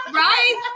right